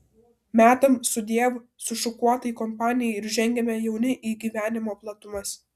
metam sudiev sušukuotai kompanijai ir žengiame jauni į gyvenimo platumas